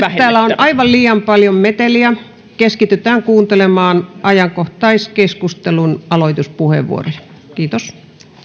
täällä on aivan liian paljon meteliä keskitytään kuuntelemaan ajankohtaiskeskustelun aloituspuheenvuoroja kiitos